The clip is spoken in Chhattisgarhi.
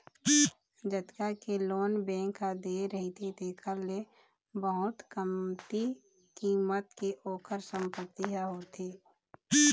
जतका के लोन बेंक ह दे रहिथे तेखर ले बहुत कमती कीमत के ओखर संपत्ति ह होथे